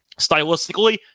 stylistically